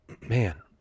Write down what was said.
Man